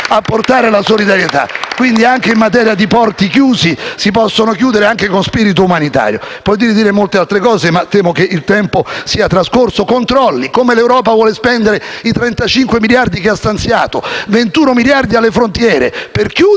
a portare solidarietà. Quindi, a proposito di porti chiusi, si possono chiudere anche con spirito umanitario. Potrei dire molte altre cose, ma temo che il tempo sia trascorso. Sui controlli, l'Europa come vuole spendere i 35 miliardi che ha stanziato? I 21 miliardi alle frontiere sono per chiuderle